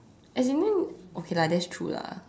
as in then okay lah that's true lah